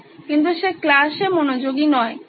কিন্তু সে ক্লাসে মনোযোগী নয়